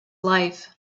life